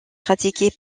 pratiquée